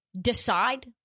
decide